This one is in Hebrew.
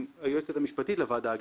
עם היועצת המשפטית לוועדה גם,